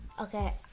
Okay